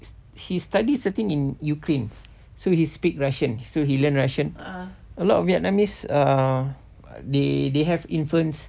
he study certain in ukraine so he speak russian so he learned russian a lot of vietnamese err they they have influence